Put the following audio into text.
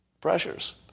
pressures